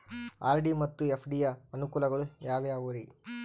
RD ಮತ್ತು FD ಯ ಅನುಕೂಲಗಳು ಯಾವ್ಯಾವುರಿ?